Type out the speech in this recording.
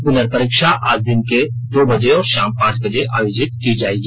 पुनर्परीक्षा आज दिन के दो बजे और शाम पांच बजे आयोजित की जाएगी